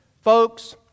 Folks